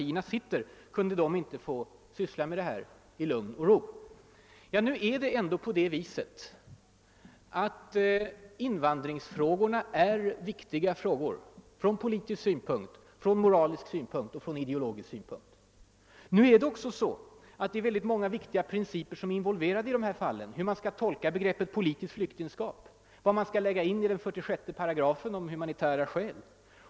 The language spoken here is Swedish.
Skulle man inte där kunna få syssla med detta i lugn och ro? undrar inrikesministern. Men invandrarfrågorna är viktiga områden från politisk, moralisk och ideologisk synpunkt. Det är också många viktiga principer som berörs i dessa ärenden. Hur skall man tolka begreppet politiskt flyktingskap? Vad skall man lägga in i § 46 om humanitära skäl?